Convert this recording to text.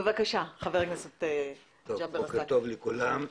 בוקר טוב לכולם.